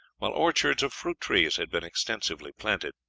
while orchards of fruit trees had been extensively planted.